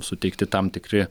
suteikti tam tikri